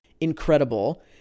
incredible